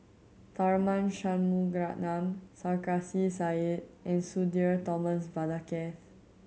Tharman Shanmugaratnam Sarkasi Said and Sudhir Thomas Vadaketh